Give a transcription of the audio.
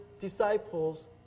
disciples